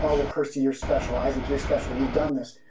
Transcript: oh, well, kirsty, you're special. isaac, you're special. you've done this.